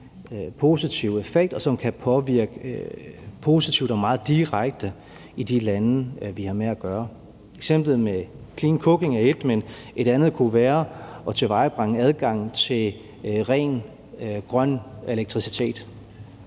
positiv effekt, og som kan påvirke positivt og meget direkte i de lande, vi har med at gøre. Eksemplet med clean cooking er et, men et andet kunne være at tilvejebringe adgangen til ren grøn elektricitet.